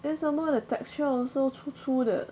then some more the texture also 粗粗的